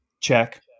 check